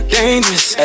dangerous